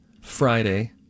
Friday